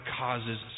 causes